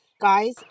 guys